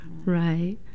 right